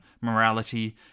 morality